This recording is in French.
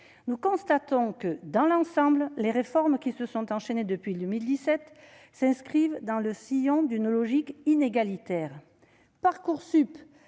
nous constatons que, dans l'ensemble, les réformes qui se sont enchaînées depuis 2017 s'inscrivent dans le sillon d'une logique inégalitaire. Parcoursup